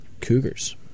Cougars